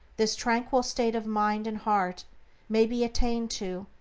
this tranquil state of mind and heart may be attained to,